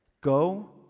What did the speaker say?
Go